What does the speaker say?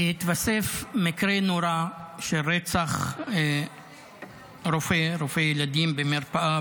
כי התווסף מקרה נורא של רצח רופא ילדים במרפאה